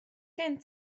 gen